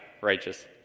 righteous